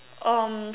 um